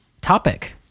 topic